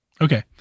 okay